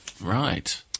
Right